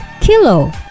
kilo